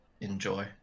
enjoy